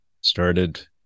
started